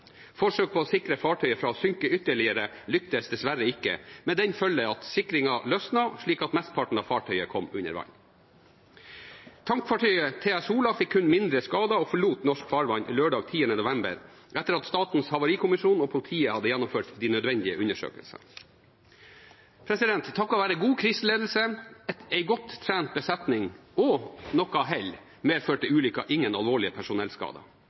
Forsøk på å sikre fartøyet fra å synke ytterligere lyktes dessverre ikke, med den følge at sikringen løsnet, slik at mesteparten av fartøyet kom under vann. Tankfartøyet «Sola TS» fikk kun mindre skader og forlot norsk farvann lørdag 10. november etter at Statens havarikommisjon og politiet hadde gjennomført de nødvendige undersøkelser. Takket være god kriseledelse, en godt trent besetning og noe hell medførte ulykken ingen alvorlig personellskader.